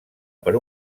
per